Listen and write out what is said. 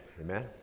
Amen